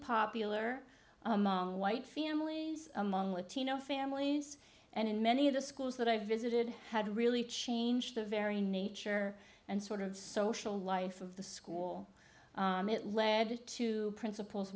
popular among white families among latino families and in many of the schools that i visited had really changed the very nature and sort of social life of the school it led to principals